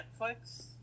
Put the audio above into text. Netflix